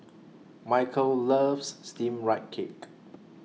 Michaele loves Steamed Rice Cake